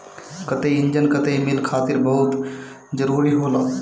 कताई इंजन कताई मिल खातिर बहुत जरूरी होला